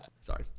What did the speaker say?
Sorry